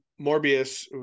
morbius